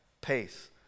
pace